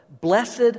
Blessed